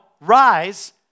rise